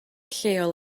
lleol